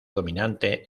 dominante